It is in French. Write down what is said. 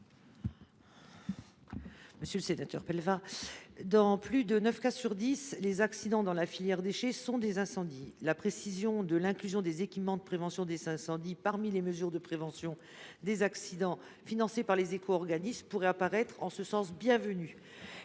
l’avis de la commission ? Dans plus de neuf cas sur dix, les accidents dans la filière des déchets sont des incendies. La précision de l’inclusion des équipements de prévention des incendies parmi les mesures de prévention des accidents financées par les éco organismes pourrait apparaître, en ce sens, bienvenue.